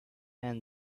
and